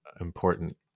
important